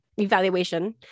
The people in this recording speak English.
evaluation